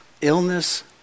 illness